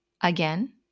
again